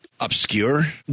Obscure